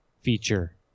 feature